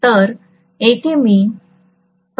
तर येथे मी 5